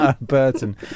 Burton